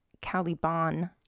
Caliban